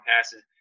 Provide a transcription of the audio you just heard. passes